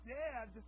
dead